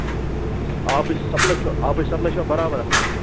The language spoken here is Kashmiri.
آبٕچ سَپلَے چھُوا آبٕچ سَپلَے چھِوا بَرابر آسان تۄہہِ